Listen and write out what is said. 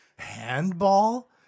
handball